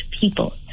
people